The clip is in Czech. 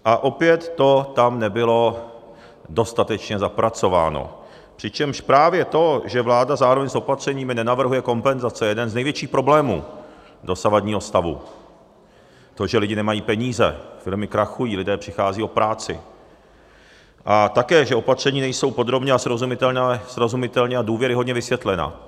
A opět to tam nebylo dostatečně zapracováno, přičemž právě to, že vláda zároveň s opatřeními nenavrhuje kompenzace, jeden z největších problémů dosavadního stavu, to, že lidé nemají peníze, firmy krachují, lidé přicházejí o práci, a také že opatření nejsou podrobně, srozumitelně a důvěryhodně vysvětlena.